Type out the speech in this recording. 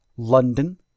London